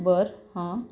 बरं हां